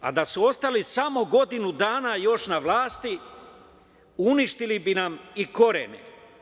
Da su ostali samo godinu dana još na vlasti uništili bi nam i korene.